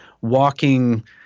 walking